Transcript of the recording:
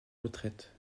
retraite